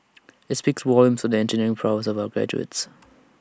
IT speaks volumes for the engineering prowess of our graduates